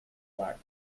black